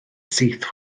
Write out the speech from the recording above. syth